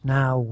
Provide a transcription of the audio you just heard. now